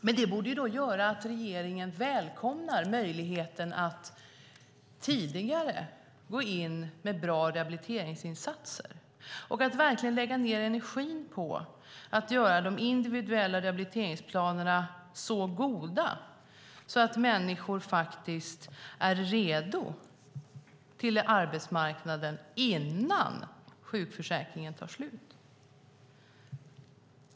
Men det borde göra att regeringen välkomnar möjligheten att tidigare gå in med bra rehabiliteringsinsatser och att verkligen lägga ned energi på att göra de individuella rehabiliteringsplanerna så goda att människor är redo för arbetsmarknaden innan sjukförsäkringen tar slut.